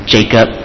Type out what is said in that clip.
Jacob